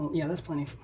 yeah that's plenty.